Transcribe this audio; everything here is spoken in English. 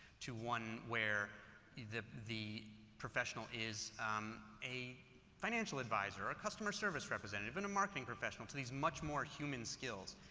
to one where the the professional is a financial advisor or a customer service representative and a marketing professional, to these much more human skills.